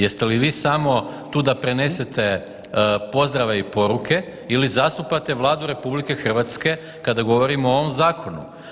Jeste li vi samo tu da prenesete pozdrave i poruke ili zastupate Vladu RH kada govorimo o ovom zakonu?